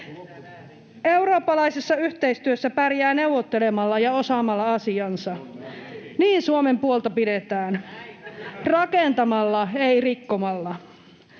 Eurooppalaisessa yhteistyössä pärjää neuvottelemalla ja osaamalla asiansa. Niin Suomen puolta pidetään. Rakentamalla, ei rikkomalla.